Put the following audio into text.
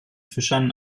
fischern